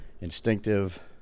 instinctive